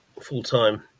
full-time